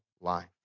life